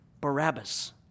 Barabbas